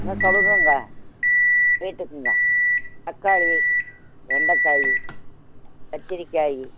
நான் சொல்லுறேங்க கேட்டுக்கோங்க தக்காளி வெண்டக்காய் கத்திரிக்காய்